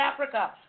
Africa